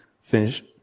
finish